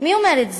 מי אומר את זה,